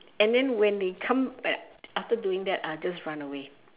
and then when they come at after doing that I'll just run away